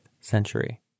century